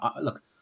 look